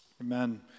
Amen